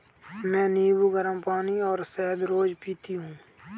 मैं नींबू, गरम पानी और शहद रोज पीती हूँ